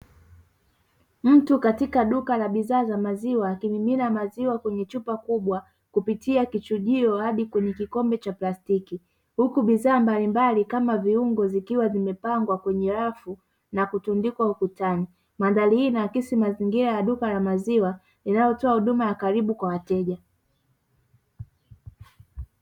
Mtu katika duka la bidhaa za maziwa akimimina maziwa kwenye chupa kubwa kupitia kichujio hadi kwenye kikombe cha plastiki, bidhaa mbalimbali kama viungo zikiwa zimepangwa kwenye rafu na kutundikwa ukutani, mandhari hii inaakisi mazingira ya duka la maziwa inayotoa huduma ya karibu kwa wateja.